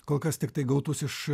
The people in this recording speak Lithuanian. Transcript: kol kas tiktai gautus iš